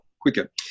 quicker